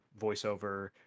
voiceover